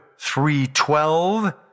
3.12